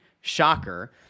shocker